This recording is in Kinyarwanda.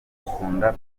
akunda